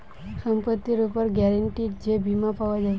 সম্পত্তির উপর গ্যারান্টিড যে বীমা পাওয়া যায়